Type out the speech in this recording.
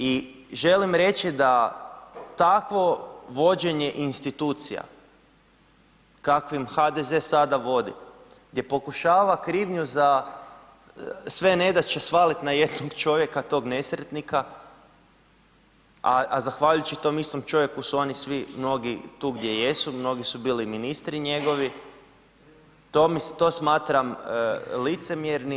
I želim reći, da takvo vođenje institucija, kakvim HDZ sada vodi, je pokušava krivnju za sve nedaće svaliti na jednog čovjeka, tog nesretnika, a zahvaljujući tom istom čovjeku su oni svi mnogi, tu gdje jesu, mnogi su bili ministri njegovi, to smatram licemjernim.